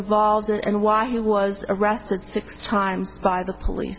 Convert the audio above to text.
involved in and why he was arrested six times by the police